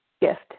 gift